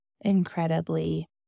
incredibly